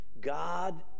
God